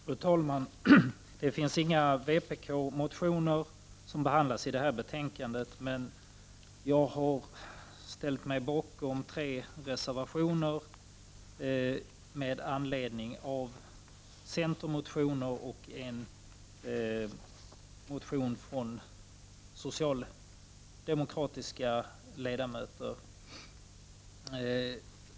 Fru talman! Det finns inga vpk-motioner som behandlas i detta betänkande, men jag har ställt mig bakom tre reservationer med anledning av centermotioner och en motion från socialdemokratiska ledamöter.